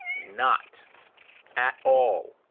not at all,